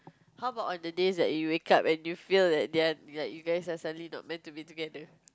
how about on the days that you wake up and you feel like you guys are suddenly not meant to be together